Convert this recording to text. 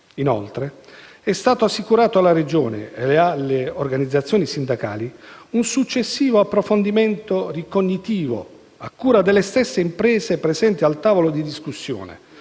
Inoltre, è stato assicurato alla Regione e alle organizzazioni sindacali un successivo approfondimento ricognitivo, a cura delle stesse imprese presenti al tavolo di discussione,